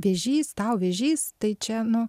vėžys tau vėžys tai čia nu